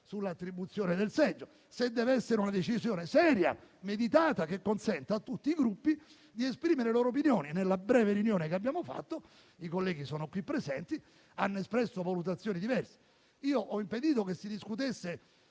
sull'attribuzione del seggio, se deve essere una decisione seria e meditata che consenta a tutti i Gruppi di esprimere le loro opinioni. Nella breve seduta che abbiamo fatto, i colleghi qui presenti hanno espresso valutazioni diverse; io ho impedito che si discutesse